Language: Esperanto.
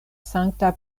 sankta